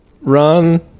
Run